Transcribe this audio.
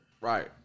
Right